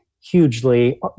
hugely